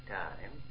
time